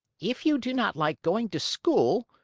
if you do not like going to school,